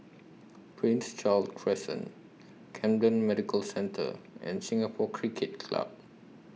Prince Charles Crescent Camden Medical Centre and Singapore Cricket Club